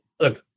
look